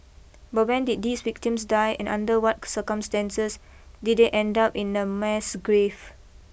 but when did these victims die and under what circumstances did they end up in a mass grave